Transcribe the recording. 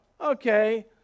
okay